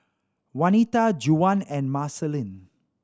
Wanita Juwan and Marceline